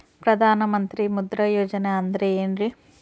ಪ್ರಧಾನ ಮಂತ್ರಿ ಮುದ್ರಾ ಯೋಜನೆ ಅಂದ್ರೆ ಏನ್ರಿ?